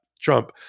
Trump